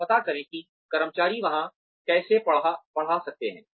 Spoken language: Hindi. और पता करें कि कर्मचारी वहां कैसे पढ़ा सकते हैं